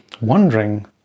wondering